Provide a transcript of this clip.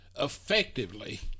effectively